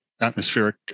atmospheric